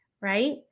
right